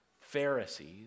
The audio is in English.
Pharisees